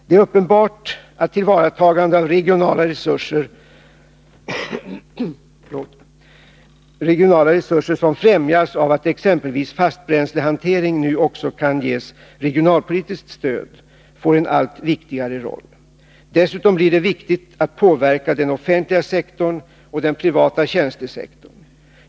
Det är uppenbart att tillvaratagande av regionala resurser, som främjas av att exempelvis fastbränslehantering nu också kan ges regionalpolitiskt stöd, får en allt viktigare roll. Dessutom blir det viktigt att påverka den offentliga sektorn och den privata tjänstesektorn.